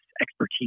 expertise